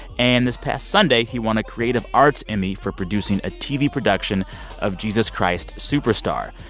and, this past sunday, he won a creative arts emmy for producing a tv production of jesus christ superstar,